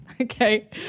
Okay